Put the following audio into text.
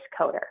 coder